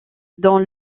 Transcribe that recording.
dans